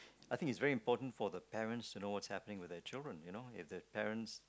I think is very important for the parents to know what's happening with their children you know if their parents